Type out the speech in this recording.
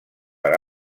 per